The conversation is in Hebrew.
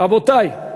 רבותי,